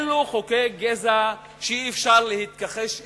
אלו חוקי גזע שאי-אפשר להתכחש אליהם,